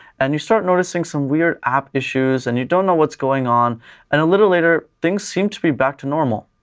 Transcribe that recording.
and you start noticing some weird app issues, and you don't know what's going on and a little later, things seem to be back to normal.